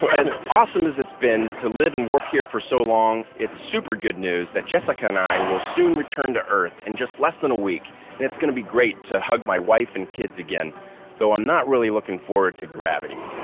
as awesome as it's been to live and work here for so long, it's super good news that jessica and i will soon return to earth in just less than a week. and it's gonna be great to hug my wife and kids again though i'm not really looking forward to gravity.